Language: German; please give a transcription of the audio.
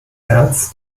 herz